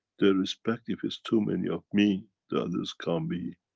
they respect if it's too many of me, the others can't be.